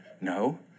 No